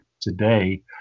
today